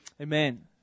amen